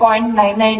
29 angle 36